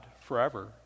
forever